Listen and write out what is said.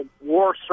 War